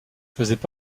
faisaient